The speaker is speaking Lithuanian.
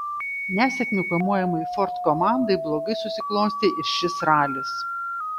nesėkmių kamuojamai ford komandai blogai susiklostė ir šis ralis